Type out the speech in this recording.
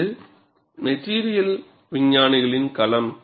இது மெட்டிரியல் விஞ்ஞானிகளின் களம்